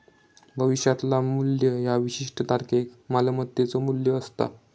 भविष्यातला मू्ल्य ह्या विशिष्ट तारखेक मालमत्तेचो मू्ल्य असता